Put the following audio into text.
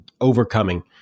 overcoming